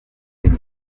kenya